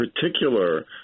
particular